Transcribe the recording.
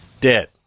dead